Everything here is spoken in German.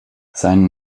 seinen